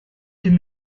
deux